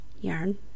Yarn